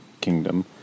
Kingdom